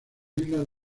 islas